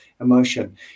emotion